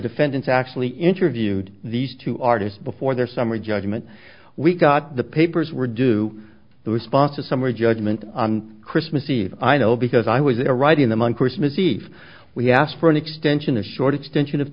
defendants actually interviewed these two artists before their summary judgment we got the papers were due the response of summary judgment on christmas eve i know because i was a writing them on christmas eve we asked for an extension a short extension of